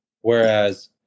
whereas